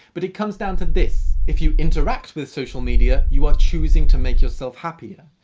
but it comes down to this if you interact with social media, you are chosing to make yourself happier.